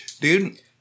Dude